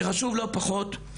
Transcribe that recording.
שחשוב לא פחות,